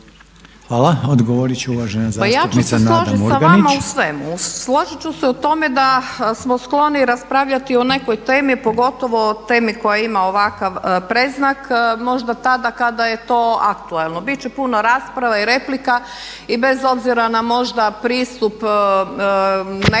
Hvala. Odgovorit će uvažena zastupnica Nada Murganić.